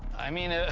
i mean. ah